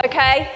Okay